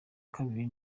kabiri